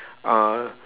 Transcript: uh